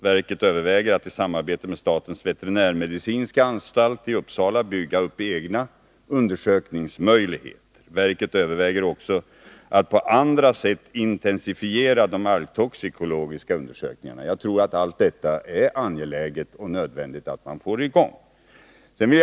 Verket överväger att i samarbete med statens veterinärmedicinska anstalt i Uppsala bygga upp egna undersökningsmöjligheter. Verket överväger också att på andra sätt intensifiera de algtoxikologiska undersökningarna. Jag tror att det är angeläget att man får i gång allt detta.